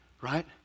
right